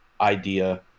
idea